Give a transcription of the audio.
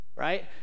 right